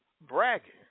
bragging